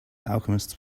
alchemists